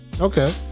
okay